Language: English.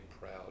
proud